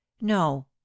no